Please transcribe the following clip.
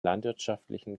landwirtschaftlichen